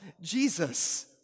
Jesus